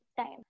time